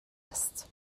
است